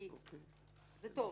זה טוב.